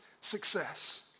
success